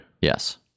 yes